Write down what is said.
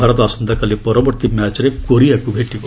ଭାରତ ଆସନ୍ତାକାଲି ପରବର୍ତ୍ତୀ ମ୍ୟାଚ୍ରେ କୋରିଆକୁ ଭେଟିବ